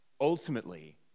Ultimately